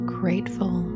grateful